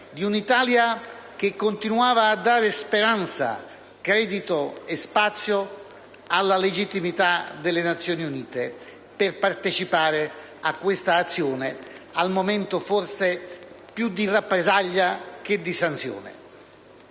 di un'Italia che continuava a dare speranza, credito e spazio alla legittimità delle Nazioni Unite senza partecipare a questa azione, al momento forse più di rappresaglia che di sanzione.